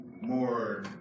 more